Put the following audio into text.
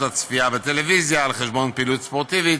הצפייה בטלוויזיה על חשבון פעילות ספורטיבית,